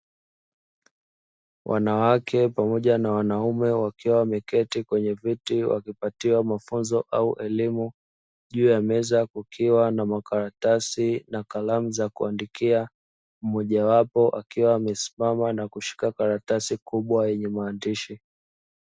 Wanawake pamoja na wanaume wakiwa wameketi kwenye viti wakipatiwa mafunzo au elimu, juu ya meza kukiwa na makaratasi na kalamu za kuandikia, mmojawapo akiwa amesimama na kushika karatasi kubwa yenye maandishi.